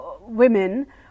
women